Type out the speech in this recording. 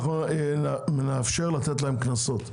נאפשר לתת להם קנסות.